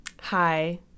hi